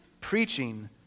preaching